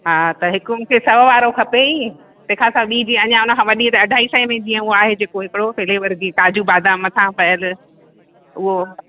हा त हिकु मूंखे सौ वारो खपे ई तंहिंखां सवाइ ॿी जीअं अञा हुनखां वॾी त अढाई सौ में जीअं हूअ आहे जेको हिकिड़ो फ्लेवर जी काजू बादाम मथां पियल उहो